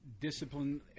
discipline